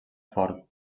fort